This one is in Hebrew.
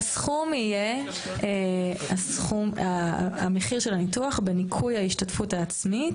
הסכום יהיה המחיר של הניתוח בניכוי ההשתתפות העצמית